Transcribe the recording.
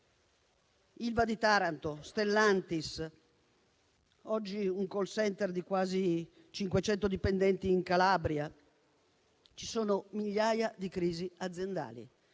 Ilva di Taranto, Stellantis, oggi un *call center* di quasi 500 dipendenti in Calabria: ci sono migliaia di crisi aziendali,